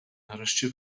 nareszcie